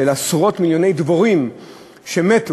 על עשרות מיליוני דבורים שמתו.